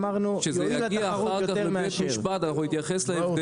להכל ביחד עד